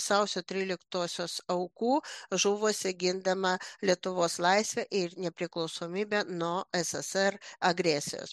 sausio tryliktosios aukų žuvusių gindama lietuvos laisvę ir nepriklausomybę nuo eseser agresijos